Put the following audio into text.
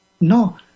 no